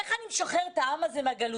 איך אני משחרר את העם הזה מהגלותיות,